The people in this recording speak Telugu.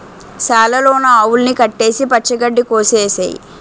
సాల లోన ఆవుల్ని కట్టేసి పచ్చ గడ్డి కోసె ఏసేయ్